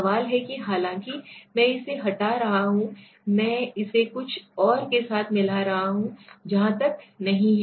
सवाल है कि हालांकि मैं इसे हटा रहा हूं मैं इसे कुछ और के साथ मिला रहा हूं जहां वह नहीं है